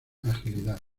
agilidad